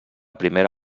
primera